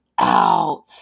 out